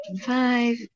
five